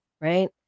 right